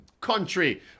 Country